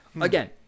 Again